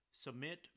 Submit